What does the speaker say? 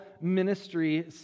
ministry